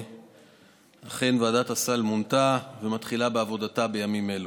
אכן ועדת הסל מונתה ומתחילה בעבודתה בימים אלו.